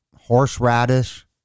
horseradish